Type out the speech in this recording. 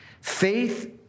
Faith